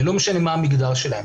ולא משנה מה המגדר שלהם.